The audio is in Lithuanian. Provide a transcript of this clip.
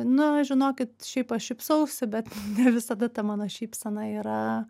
nu žinokit šiaip aš šypsausi bet ne visada ta mano šypsena yra